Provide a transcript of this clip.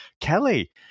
Kelly